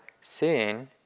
seeing